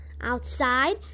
outside